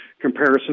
Comparison